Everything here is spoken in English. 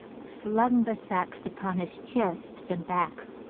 slung the sacks upon his chest and back,